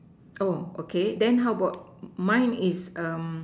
oh okay then how about mine is a